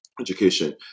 education